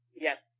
Yes